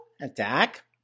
attack